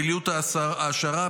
בפעילות העשרה,